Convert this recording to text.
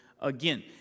again